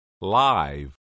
Live